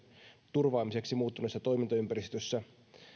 turvaamiseksi muuttuneessa toimintaympäristössä